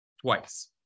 twice